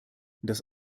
das